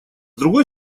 другой